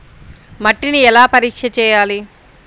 మట్టిని ఎలా పరీక్ష చేయాలి?